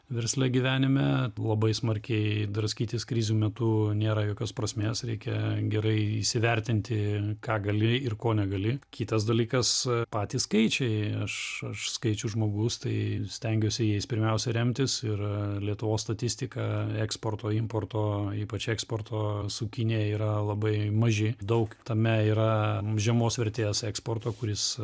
versle gyvenime labai smarkiai draskytis krizių metu nėra jokios prasmės reikia gerai įsivertinti ką gali ir ko negali kitas dalykas patys skaičiai aš aš skaičių žmogus tai stengiuosi jais pirmiausia remtis ir lietuvos statistika eksporto importo ypač eksporto su kinija yra labai maži daug tame yra žemos vertės eksporto kuris